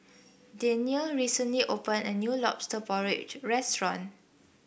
Daniele recently opened a new lobster porridge restaurant